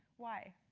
why?